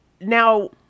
now